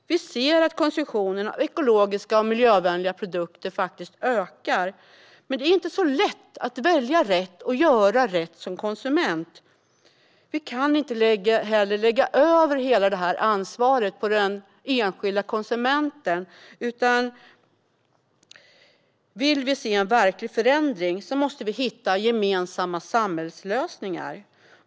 Vi ser att konsumtionen av ekologiska och miljövänliga produkter ökar, men det är inte så lätt att som konsument välja rätt och göra rätt. Vi kan inte heller lägga över hela ansvaret på den enskilda konsumenten. Vill vi se en verklig förändring måste vi hitta gemensamma samhällslösningar.